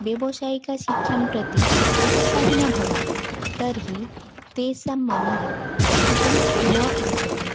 व्यवसायिकशिक्षां प्रति उत्साहिनः भवन्ति तर्हि तेषां मनः पठितुं न इच्छति